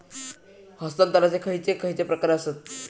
हस्तांतराचे खयचे खयचे प्रकार आसत?